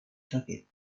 sakit